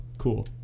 Cool